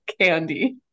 candy